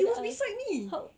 he was beside me